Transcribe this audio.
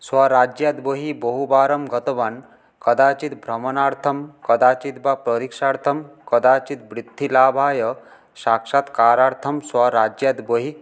स्वराज्यात् बहिः बहुवारं गतवान् कदाचित् भ्रमणार्थं कदाचित् वा परीक्षार्थं कदाचित् वृत्तिलाभाय साक्षात्कारार्थं स्वराज्यात् बहिः